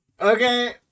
Okay